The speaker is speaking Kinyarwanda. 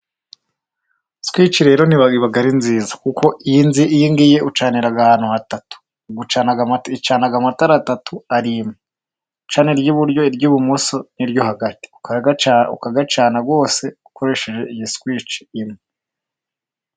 Suwici rero iba ari nziza kuko iyi ngiyi ucanira ahantu hatatu icana amatara atatu ari imwe, icana: iry'iburyo, iry'ibumoso, n'iryo hagati, ukayacana yose ukoresheje iyi suwici imwe.